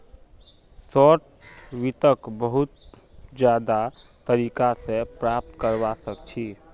short वित्तक बहुत ज्यादा तरीका स प्राप्त करवा सख छी